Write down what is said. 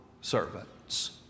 servants